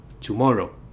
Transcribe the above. tomorrow